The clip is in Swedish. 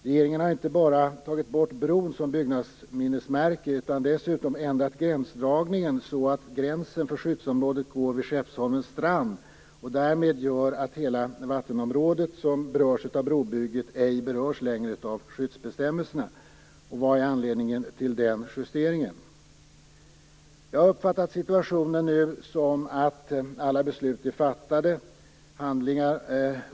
Regeringen har inte bara tagit bort bron som byggnadsminnesmärke utan dessutom ändrat gränsdragningen så att gränsen för skyddsområdet går vid Skeppsholmens strand. Det gör att hela det vattenområde som berörs av brobygget ej längre berörs av skyddsbestämmelserna. Vad är anledningen till den justeringen? Jag har uppfattat situationen som att alla beslut är fattade.